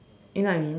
you know what I mean